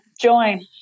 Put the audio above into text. join